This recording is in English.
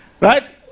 right